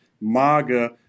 MAGA